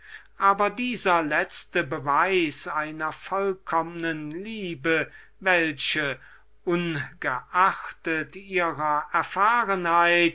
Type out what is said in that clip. und dieser letzte beweis einer vollkommnen liebe welche ungeachtet ihrer